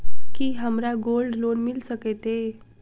की हमरा gold loan मिल सकैत ये?